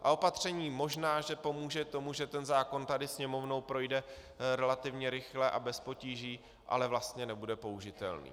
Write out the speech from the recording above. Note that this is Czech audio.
A opatření možná pomůže tomu, že ten zákon tady Sněmovnou projde relativně rychle a bez potíží, ale vlastně nebude použitelný.